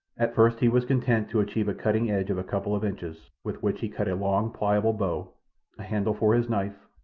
at first he was content to achieve a cutting edge of a couple of inches, with which he cut a long, pliable bow, a handle for his knife,